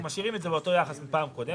אנחנו משאירים את זה באותו יחס כמו פעם הקודמת.